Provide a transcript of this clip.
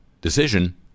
decision